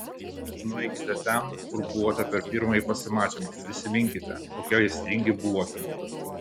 nueikite ten kur buvote per pirmąjį pasimatymą prisiminkite kokie aistringi buvote